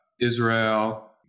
Israel